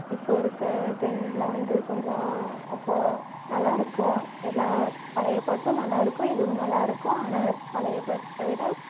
இப்போ இருக்கற ட்ரெண்டில் வந்து கொஞ்சம் அப்போது நல்லா இருக்கும் எல்லாம் பழைய பாட்டும் நல்லா இருக்கும் இதுவும் நல்லா இருக்கும் ஆனால் பழைய பாட்டைவிட